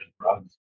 drugs